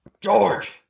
George